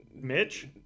Mitch